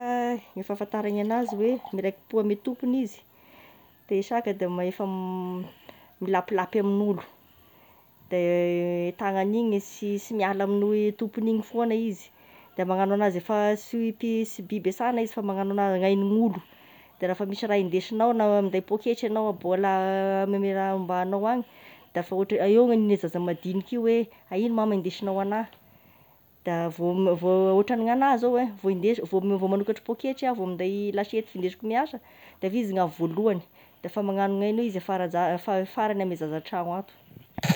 Ny fahafantagna anazy oe miraikim-po amin'ny tompony izy, de saka da mahefa m- milapilapy amin'olo, de tagnany igny sy sy miala amin'ny o- tompogny egny foagna izy, de magnano an'azy izy efa sy pi- sy biby ansahana izy fa magnano agna haignin'olo, de rehefa misy raha hindesinao na minday pôketra ianao mbola amy amin'ny raha ombanao agny da efa ôtrany eo gnagne zaza madinika io, hoe aia mama hindesinao ho anah, da vao vao ôtran'ny gnanahy zao a vao inde- vao magnokatra poketra iaho vao minday lasiety findesiko miasa da efa izy gn'avy voalohany, da efa magnano gn'egny hoe izy e faraza- fa- faragny ame zaza an-tragno ato.